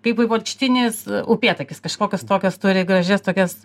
kaip vaivorykštinis upėtakis kažkokias tokias turi gražias tokias